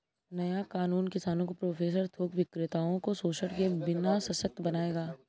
नया कानून किसानों को प्रोसेसर थोक विक्रेताओं को शोषण के बिना सशक्त बनाएगा